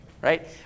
Right